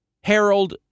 Harold